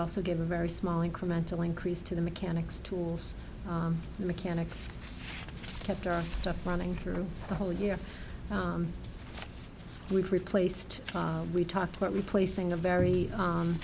also gave a very small incremental increase to the mechanics tools mechanics kept our stuff running through the whole year we've replaced we talked about replacing a very